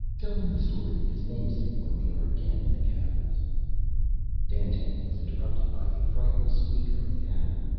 tell him the story of his namesake when we are again in the caverns dandtan was interrupted by a frightened squeak from the ana.